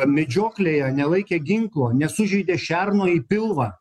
medžioklėje nelaikė ginklo nesužeidė šerno į pilvą